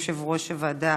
יושב-ראש ועדת